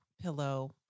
pillow